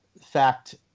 fact